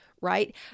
right